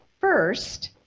First